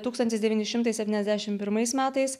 tūkstantis devyni šimtai septyniasdešim pirmais metais